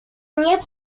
nie